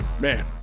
Man